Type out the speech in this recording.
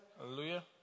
Hallelujah